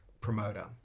promoter